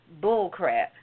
bullcrap